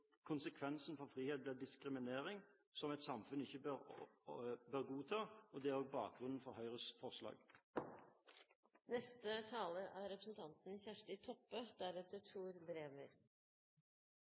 konsekvensen av frihet blir diskriminering, som et samfunn ikke bør godta. Det er også bakgrunnen for Høyres forslag. Stortinget har vedteke at bioteknologilova skal evaluerast. Arbeidet er